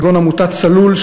כגון עמותת "צלול",